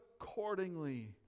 accordingly